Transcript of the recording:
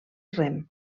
rem